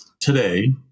today